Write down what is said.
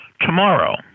Tomorrow